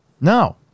No